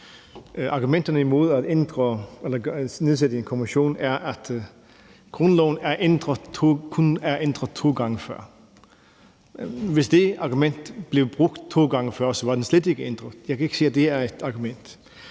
argumenterne imod at nedsætte en kommission er, at grundloven kun er blevet ændret to gange før. Hvis det argument var blevet brugt de to gange før, var den slet ikke blevet ændret. Jeg kan ikke se, at det er et argument.